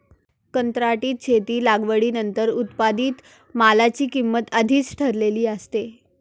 कंत्राटी शेतीत लागवडीनंतर उत्पादित मालाची किंमत आधीच ठरलेली असते